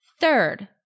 Third